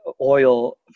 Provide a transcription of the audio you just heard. oil